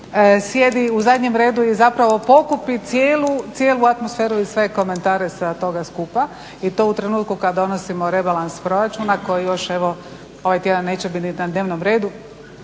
sjedi u zadnjem redu i zapravo pokupi cijelu atmosferu i sve komentare od toga skupa i to u trenutku kada donosimo rebalans proračuna koji još evo, ovaj tjedan neće biti ni na dnevnom redu.